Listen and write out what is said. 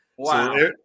Wow